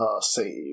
save